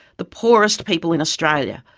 the poorest people in australia,